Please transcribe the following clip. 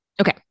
Okay